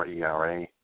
ERA